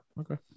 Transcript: Okay